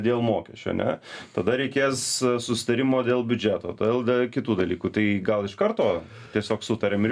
dėl mokesčio ne tada reikės susitarimo dėl biudžeto todėl dėl kitų dalykų tai gal iš karto tiesiog sutariam ir